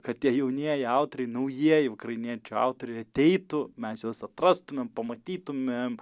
kad tie jaunieji autoriai naujieji ukrainiečių autoriai ateitų mes juos atrastumėm pamatytumėm